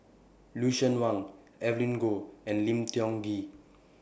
Lucien Wang Evelyn Goh and Lim Tiong Ghee